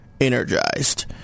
energized